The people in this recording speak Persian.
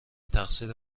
تقصیر